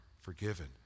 forgiven